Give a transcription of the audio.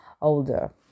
older